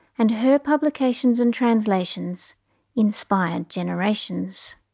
and her publications and translations inspired generations.